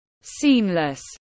Seamless